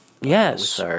Yes